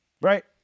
right